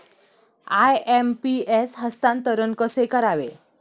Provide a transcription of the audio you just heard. IMPS हस्तांतरण कसे करावे?